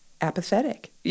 apathetic